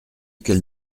qu’elle